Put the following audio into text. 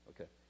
Okay